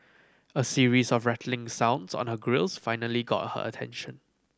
a series of rattling sounds on her grilles finally got her attention